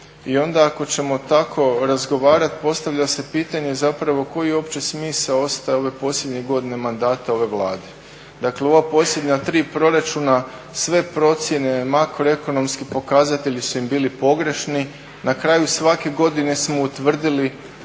I onda ako ćemo tako razgovarati, postavlja se pitanje zapravo koji je opće smisao ostao ove posljednje godine mandata ove Vlade? dakle ova posljednja tri proračuna, sve procjene, makroekonomski pokazatelji su im bili pogrešni. Na kraju svake godine smo utvrdili